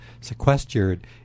sequestered